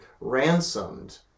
ransomed